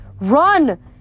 Run